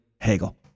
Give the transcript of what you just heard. Hegel